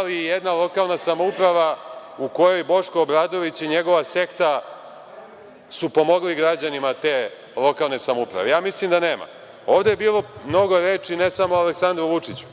li i jedna lokalna samouprava u kojoj su Boško Obradović i njegova sekta pomogli građanima te lokalne samouprave? Ja mislim da nema. Ovde je bilo mnogo reči ne samo o Aleksandru Vučiću,